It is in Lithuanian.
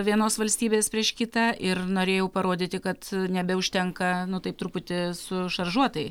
vienos valstybės prieš kitą ir norėjau parodyti kad nebeužtenka nu taip truputį sušaržuotai